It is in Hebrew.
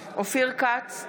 כץ,